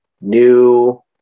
new